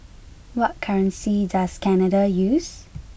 what currency does Canada use